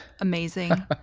amazing